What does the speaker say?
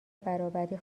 برابری